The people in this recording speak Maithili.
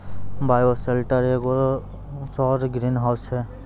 बायोसेल्टर एगो सौर ग्रीनहाउस छै